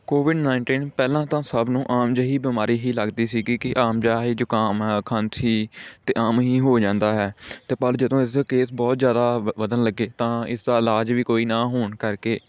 Covid nineteen ਪਹਿਲਾਂ ਤਾਂ ਸਭ ਨੂੰ ਆਮ ਜਿਹੀ ਬਿਮਾਰੀ ਹੀ ਲੱਗਦੀ ਸੀਗੀ ਕਿ ਆਮ ਜਿਹਾ ਹੀ ਜੁਕਾਮ ਆ ਖਾਂਸੀ ਅਤੇ ਆਮ ਹੀ ਹੋ ਜਾਂਦਾ ਹੈ ਅਤੇ ਪਰ ਜਦੋਂ ਇਸਦੇ ਕੇਸ ਬਹੁਤ ਜ਼ਿਆਦਾ ਵ ਵਧਣ ਲੱਗੇ ਤਾਂ ਇਸ ਦਾ ਇਲਾਜ ਵੀ ਕੋਈ ਨਾ ਹੋਣ ਕਰਕੇ